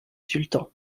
sultan